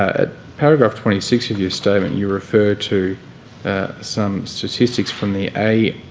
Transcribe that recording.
at paragraph twenty six of your statement you refer to some statistics from the aihw.